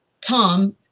tom